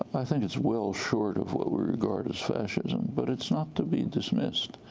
i think it's well short of what we regard as fascism. but it's not to be dismissed.